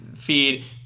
feed